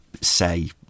say